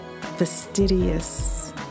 fastidious